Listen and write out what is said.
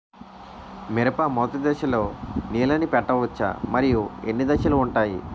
మిరప మొదటి దశలో నీళ్ళని పెట్టవచ్చా? మరియు ఎన్ని దశలు ఉంటాయి?